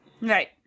Right